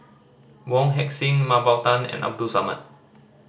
Wong Heck Sing Mah Bow Tan and Abdul Samad